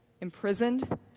imprisoned